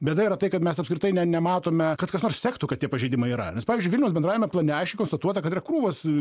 bėda yra tai kad mes apskritai ne nematome kad kas nors sektų kad tie pažeidimai yra pavyzdžiui vilniaus bendrajame plane aiškiai konstatuota kad yra krūvos